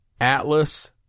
Atlas